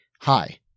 hi